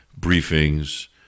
briefings